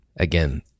Again